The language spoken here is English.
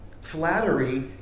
Flattery